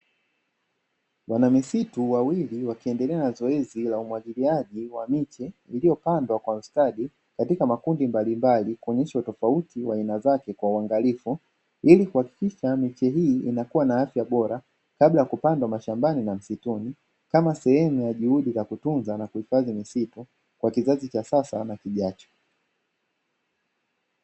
Wanamisitu wawili wakiendelea na zoezi la umwagiliaji wa miche iliyopandwa kwa ustadi katika makundi mbalimbali, kuonyesha utofauti wa aina zake kwa uangalifu ili kuhakikisha miche hii inakua na afya bora kabla ya kupandwa mashambani na msituni, kama sehemu ya juhudi za kutunza na kuhifadhi misitu kwa kizazi cha sasa na kijacho.